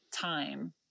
time